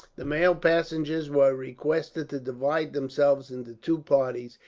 the male passengers were requested to divide themselves into two parties,